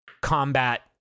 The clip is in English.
combat